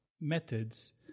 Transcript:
methods